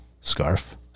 scarf